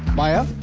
maya.